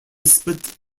split